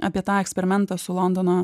apie tą eksperimentą su londono